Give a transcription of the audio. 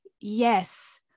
Yes